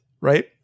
right